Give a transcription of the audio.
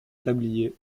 tablier